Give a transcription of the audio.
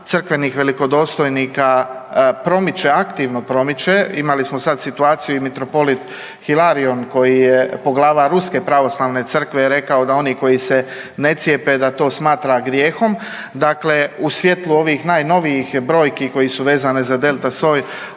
crkvenih velikodostojnika promiče aktivno promiče, imali smo sada situaciju i mitropolit Hilarion koji je poglavar Ruske pravoslavne crkve je rekao da oni koji se ne cijepe da to smatra grijehom u svjetlu ovih najnovijih brojki koje su vezene za delta soj